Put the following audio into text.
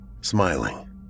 Smiling